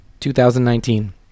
2019